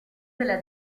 della